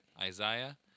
Isaiah